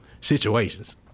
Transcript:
situations